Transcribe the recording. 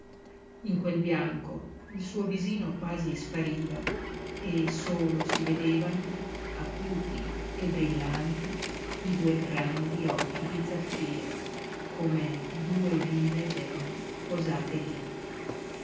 in quel bianco il suo visino quasi spariva e solo si vedevano acuti e brillanti i due grandi occhi di zaffiro come due vive gemme posate lí